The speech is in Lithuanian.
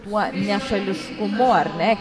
tuo nešališkumu ar ne